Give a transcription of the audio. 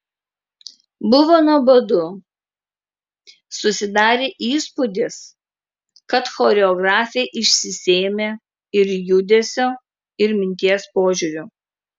buvo nuobodu susidarė įspūdis kad choreografė išsisėmė ir judesio ir minties požiūriu